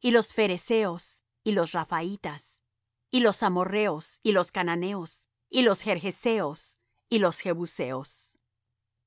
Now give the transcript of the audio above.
y los pherezeos y los raphaitas y los amorrheos y los cananeos y los gergeseos y los jebuseos